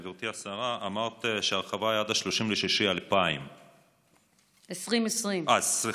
גברתי השרה: אמרת שההרחבה היא עד 30 ביוני 2000. 2020. סליחה,